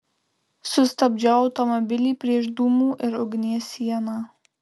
sustabdžiau automobilį prieš dūmų ir ugnies sieną